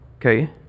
Okay